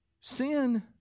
sin